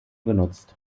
genutzt